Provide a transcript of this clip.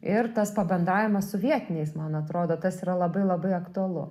ir tas pabendravimas su vietiniais man atrodo tas yra labai labai aktualu